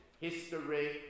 history